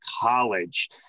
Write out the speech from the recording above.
college